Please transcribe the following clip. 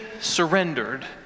surrendered